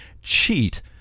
cheat